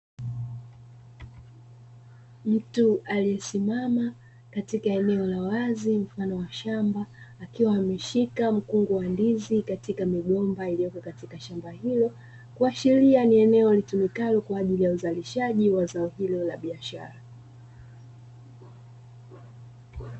Mtu aliyesimama katika eneo la wazi mfano wa shamba, akiwa ameshika mkungu wa ndizi katika migomba iliyopo katika shamba hilo, kuashiria ni eneo litumikalo kwa ajili ya uzalishaji wa zao hilo la biashara.